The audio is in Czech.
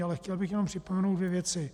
Ale chtěl bych jenom připomenout dvě věci.